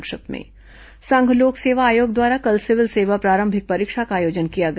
संक्षिप्त समाचार संघ लोक सेवा आयोग द्वारा कल सिविल सेवा प्रारंभिक परीक्षा का आयोजन किया गया